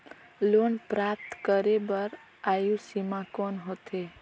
Loan प्राप्त करे बर आयु सीमा कौन होथे?